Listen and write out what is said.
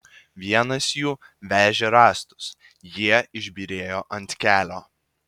vienas jų vežė rąstus jie išbyrėjo ant kelio